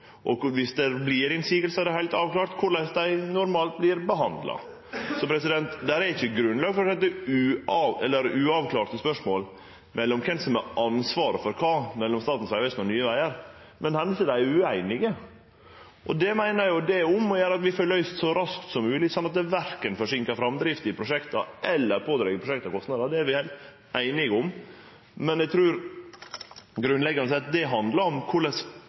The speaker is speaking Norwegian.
og om det kjem motsegner, er det heilt avklart korleis dei normalt skal behandlast. Så det er ikkje grunnlag for å seie at det er uavklarte spørsmål om kven som har ansvaret for kva, mellom Statens vegvesen og Nye Vegar. Men det hender at dei er ueinige, og det, meiner eg, er det om å gjere at vi får løyst så raskt som mogleg, så det verken forsinkar framdrifta i prosjekta eller pådreg prosjekta kostnader. Det er vi heilt einige om. Men eg trur, grunnleggjande sett, at det handlar meir om korleis